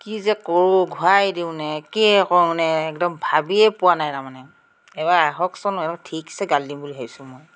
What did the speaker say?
কি যে কৰোঁ ঘূৰাই দিওঁ নে কিয়ে কৰোঁ মানে একদম ভাবিয়ে পোৱা নাই তাৰমানে এইবাৰ আহকচোন একদম ঠিকছে গালি দিম বুলি ভাবিছোঁ মই